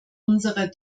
unserer